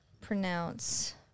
Pronounce